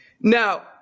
Now